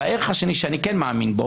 והערך השני שאני כן מאמין בו